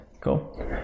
Cool